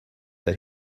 that